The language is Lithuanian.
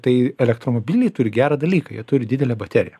tai elektromobiliai turi gerą dalyką jie turi didelę bateriją